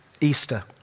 Easter